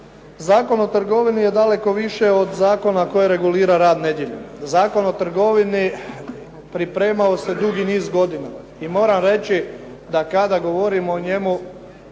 Zakon o trgovini je daleko više od zakona koje regulira rad nedjeljom. Zakon o trgovini pripremao se dulji niz godina. I moram reći da kada govorim o njemu,